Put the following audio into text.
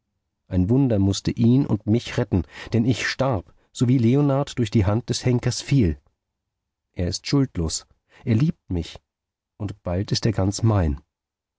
ein wunder mußte ihn und mich retten denn ich starb sowie leonard durch die hand des henkers fiel er ist schuldlos er liebt mich und bald ist er ganz mein